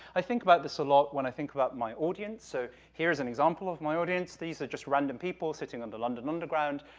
i think about this a lot when i think about my audience. so, here's an example of my audience. these are just random people, sitting on the london underground,